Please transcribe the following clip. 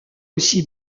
aussi